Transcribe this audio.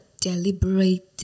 deliberate